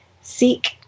seek